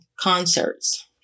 concerts